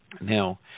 Now